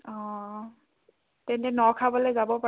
অঁ তেন্তে ন খাবলৈ যাব পাৰোঁ